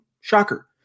Shocker